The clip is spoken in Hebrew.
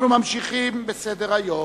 אנחנו ממשיכים בסדר-היום.